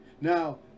now